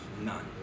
None